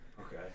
Okay